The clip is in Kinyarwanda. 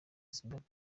zimbabwe